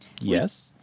Yes